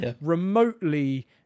remotely